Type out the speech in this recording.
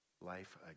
life